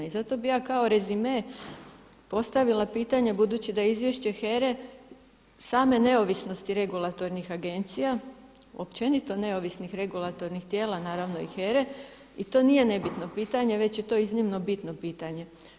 I zato bi ja kao rezime postavila pitanje budući da je izvješće HERA-e same neovisnosti regulatornih agencija općenito neovisnih regulatornih tijela naravno i HERA-e i to nije nebitno pitanje već je to iznimno bitno pitanje.